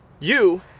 you.